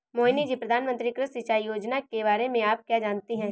मोहिनी जी, प्रधानमंत्री कृषि सिंचाई योजना के बारे में आप क्या जानती हैं?